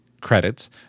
credits